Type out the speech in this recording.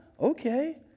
Okay